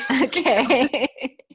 Okay